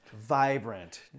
vibrant